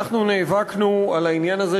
אנחנו נאבקנו על העניין הזה,